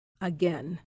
Again